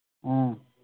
ꯎꯝ